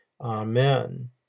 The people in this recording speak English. Amen